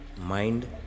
mind